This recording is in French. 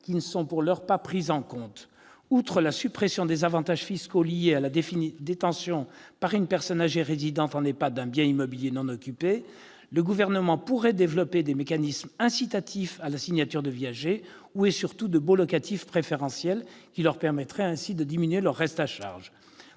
qui ne sont pour l'heure pas pris en compte : outre la suppression des avantages fiscaux liés à la détention par une personne âgée résidente en EHPAD d'un bien immobilier non occupé, le Gouvernement pourrait développer des mécanismes incitatifs à la signature de viagers ou, et surtout, de baux locatifs préférentiels qui leur permettraient ainsi de diminuer leur reste à charge.